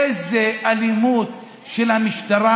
איזה אלימות של המשטרה,